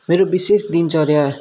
मेरो विशेष दिनचर्या